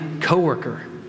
coworker